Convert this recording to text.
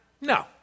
No